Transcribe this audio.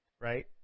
Right